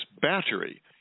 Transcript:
battery